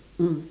mm